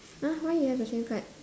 !huh! why you have a same card